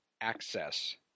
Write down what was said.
access